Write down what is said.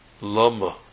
Lama